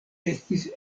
estis